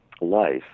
life